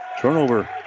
turnover